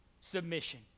submission